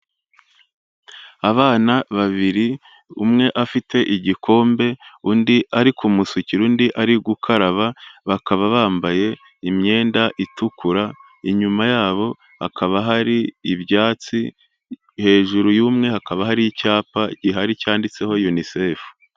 Abana babiri umwe afite igikombe, undi ari kumusukira, undi ari gukaraba, bakaba bambaye imyenda itukura, inyuma yabo hakaba hari ibyatsi, hejuru y'umwe hakaba hari icyapa gihari cyanditseho UNICEF.